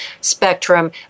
spectrum